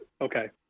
Okay